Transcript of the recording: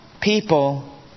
people